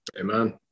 Amen